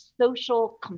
social